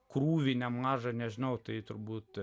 krūvį nemažą nežinau tai turbūt